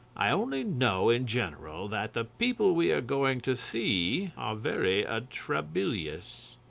i only know in general that the people we are going to see are very atrabilious.